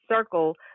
circle